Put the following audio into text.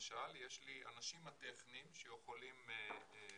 למשל יש לי אנשים טכניים שיכולים להישאר,